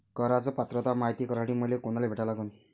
कराच पात्रता मायती करासाठी मले कोनाले भेटा लागन?